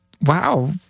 wow